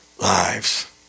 lives